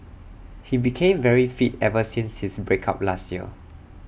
he became very fit ever since his break up last year